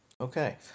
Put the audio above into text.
Okay